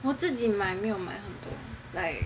我自己买没买很多 like